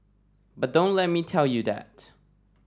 but don't let me tell you that